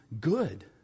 good